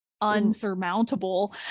unsurmountable